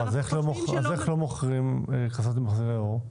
איך לא מוכרים מחזירי אור אם יש חובה כזאת?